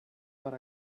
per